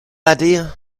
idea